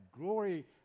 glory